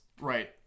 Right